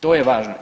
To je važno.